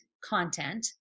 content